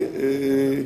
הביטוי הזה,